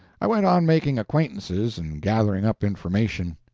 i went on making acquaintances and gathering up information.